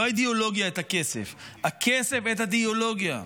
לא האידיאולוגיה את הכסף, הכסף את האידיאולוגיה.